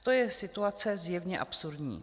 To je situace zjevně absurdní.